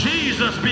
Jesus